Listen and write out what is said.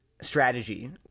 strategy